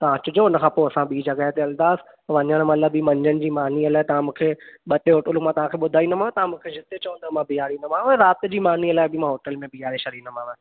तव्हां अचिजो उन खां पोइ असां ॿी जॻहि ते हलंदासीं वञणु महिल बि मंझंनि जी मानीअ लाइ मां तव्हां मूंखे ॿ टे होटलूं मां तव्हां खे ॿुधाईंदोमांव जिते चवंदव मां बीहारिंदोमांव राति जी मानीअ लाइ बि मां बीहारे छॾींदोमांव